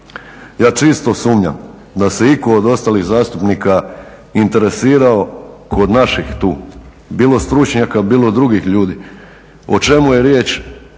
Ja čisto sumnjam da se itko od ostalih zastupnika kod naših tu bilo stručnjaka, bilo drugih ljudi o čemu je riječ